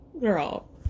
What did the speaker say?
Girl